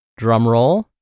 drumroll